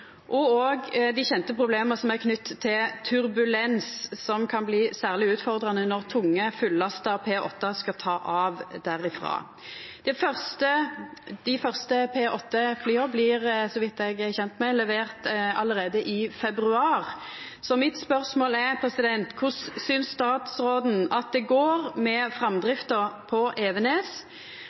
og òg dei kjende problema som er knytte til turbulens, som kan bli særleg utfordrande når tunge, fullasta P-8-fly skal ta av derifrå. Dei første P-8-flya blir, så vidt eg er kjend med, levert allereie i februar. Så spørsmålet mitt er: Korleis synest statsråden det går med framdrifta på Evenes,